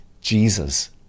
Jesus